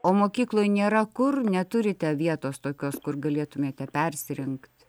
o mokykloj nėra kur neturite vietos tokios kur galėtumėte persirengt